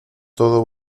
todo